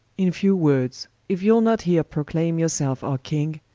in few words, if you'le not here proclaime your selfe our king,